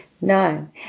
No